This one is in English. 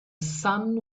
sun